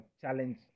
challenge